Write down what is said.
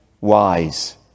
wise